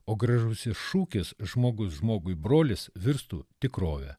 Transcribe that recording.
o gražusis šūkis žmogus žmogui brolis virstų tikrove